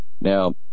Now